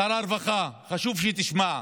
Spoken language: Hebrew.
שר הרווחה, חשוב שתשמע: